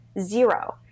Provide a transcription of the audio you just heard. Zero